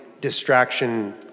distraction